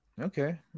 Okay